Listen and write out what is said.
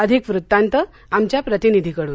अधिक वृत्तांत आमच्या प्रतिनिधीकडून